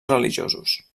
religiosos